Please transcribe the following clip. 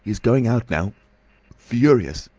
is going out now furious!